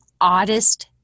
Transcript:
oddest